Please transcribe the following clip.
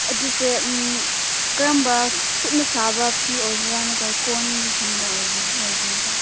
ꯑꯗꯨꯁꯦ ꯀꯔꯝꯕ ꯈꯨꯠꯅ ꯁꯥꯕ ꯐꯤ ꯑꯣꯏꯕ꯭ꯔꯥ ꯅꯠꯇꯔꯒ ꯀꯣꯟꯒꯤꯒꯨꯝꯕ ꯑꯣꯏꯕꯤꯕ꯭ꯔꯥ